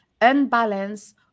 unbalance